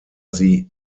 sie